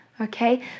Okay